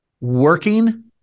working